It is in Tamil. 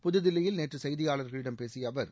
புதுதில்லியில் நேற்று செய்தியாளர்களிடம் பேசிய அவர்